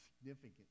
significant